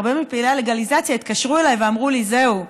הרבה מפעילי הלגליזציה התקשרו אליי ואמרו לי: זהו,